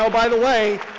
so by the way,